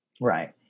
right